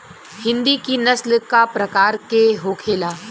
हिंदी की नस्ल का प्रकार के होखे ला?